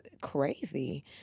crazy